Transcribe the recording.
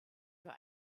für